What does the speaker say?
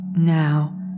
Now